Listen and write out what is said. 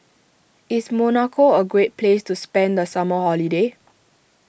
is Monaco a great place to spend the summer holiday